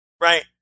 right